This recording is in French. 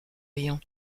riant